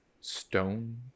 stone